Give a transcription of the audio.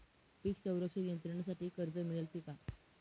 पीक संरक्षण यंत्रणेसाठी कर्ज मिळते का?